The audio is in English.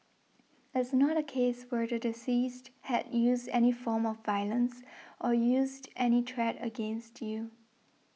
it's not a case where the deceased had used any form of violence or used any threat against you